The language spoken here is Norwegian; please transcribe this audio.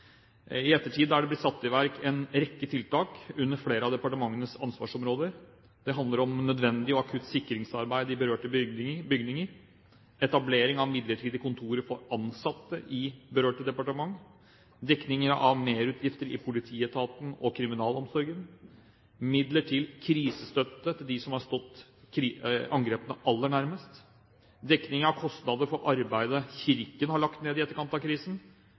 I ettertid er det blitt satt i verk en rekke tiltak under flere av departementenes ansvarsområder. Det handler om nødvendig og akutt sikringsarbeid i berørte bygninger, etablering av midlertidig kontor for ansatte i berørte departement, dekning av merutgifter i politietaten og kriminalomsorgen, midler til krisestøtte til dem som har stått angrepene aller nærmest, dekning av kostnader for arbeidet Kirken har lagt ned i etterkant av krisen,